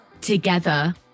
together